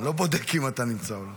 אני לא בודק אם אתה נמצא או לא.